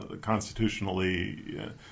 constitutionally